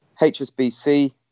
HSBC